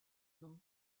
nom